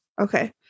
Okay